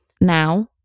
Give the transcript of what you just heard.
Now